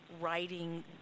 writing